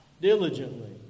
Diligently